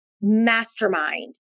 mastermind